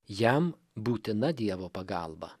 jam būtina dievo pagalba